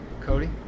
Cody